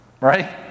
Right